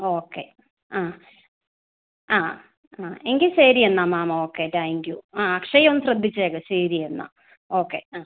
okay ആ ആ ആ എങ്കിൽ ശരി എന്നാൽ മാം ഓക്കെ താങ്ക് യു ആ അക്ഷയെ ഒന്ന് ശ്രദ്ധിച്ചേക്കണം ശരി എന്നാൽ ഓക്കെ ആ